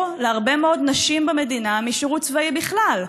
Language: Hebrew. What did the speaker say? להרבה מאוד נשים במדינה משירות צבאי בכלל.